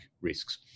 risks